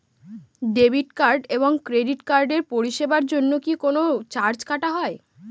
Debit card এবং credit কার্ডের পরিষেবার জন্য কি কোন চার্জ কাটা হয়?